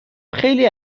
خیلی